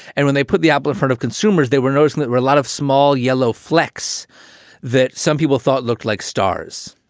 and when they put the apple in front of consumers, they were noticing that were a lot of small yellow flecks that some people thought looked like stars.